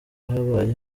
habaye